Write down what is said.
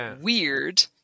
weird